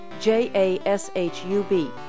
J-A-S-H-U-B